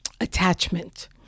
attachment